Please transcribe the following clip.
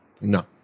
No